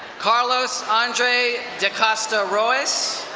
carlos andre de costa royce.